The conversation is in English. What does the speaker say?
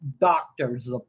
doctor's